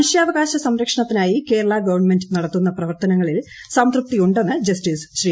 മനുഷ്യാവകാശ സംരക്ഷണത്തിനായി കേരളാ ഗവൺമെന്റ് നടത്തുന്ന പ്രവർത്തനങ്ങ ളിൽ സംതൃപ്തിയുണ്ടെന്ന് ജസ്റ്റിസ് ശ്രീ